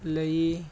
ਲਈ